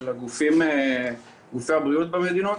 של גופי הבריאות במדינות.